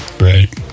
right